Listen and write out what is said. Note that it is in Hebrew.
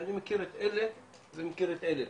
ואני מכיר את אלה ואני מכיר את אלה.